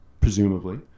presumably